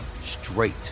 straight